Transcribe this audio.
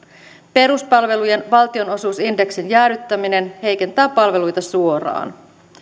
peruspalvelujen valtionosuusindeksin jäädyttäminen heikentää palveluita suoraan